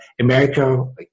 America